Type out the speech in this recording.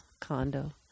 condo